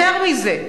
יותר מזה,